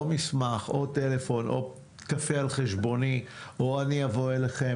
או מסמך או טלפון או קפה על חשבוני או אני אבוא אליכם,